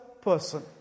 person